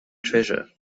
treasure